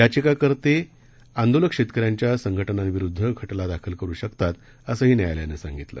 याचिकाकर्ते आंदोलक शेतकऱ्यांच्या संघटनांविरुद्ध खटला दाखल करु शकतात असंही न्यायालयानं सांगितलं